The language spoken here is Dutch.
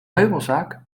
meubelzaak